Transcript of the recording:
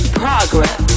progress